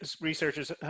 researchers